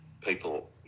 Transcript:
people